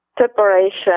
separation